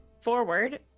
forward